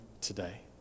today